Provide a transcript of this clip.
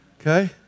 Okay